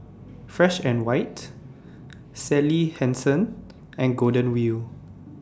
Fresh and White Sally Hansen and Golden Wheel